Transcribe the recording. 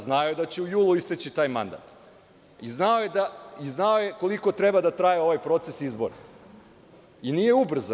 Znao je da će u julu isteći taj mandat i znao je koliko treba da traje ovaj proces izbora, i nije ubrzan.